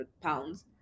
pounds